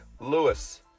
Lewis